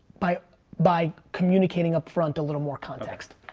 by by communicating upfront a little more context.